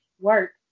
work